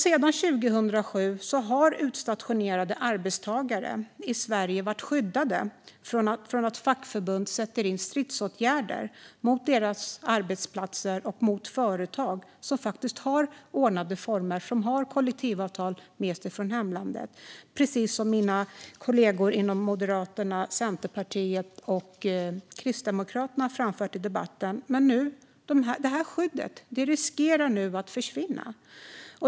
Sedan 2007 har utstationerade arbetstagare som har kollektivavtal med sig från hemlandet varit skyddade från att fackförbund i Sverige sätter in stridsåtgärder mot deras arbetsplatser och mot företag som faktiskt har ordnade former, precis som mina kollegor inom Moderaterna, Centerpartiet och Kristdemokraterna framfört i debatten. Det här skyddet riskerar nu att försvinna.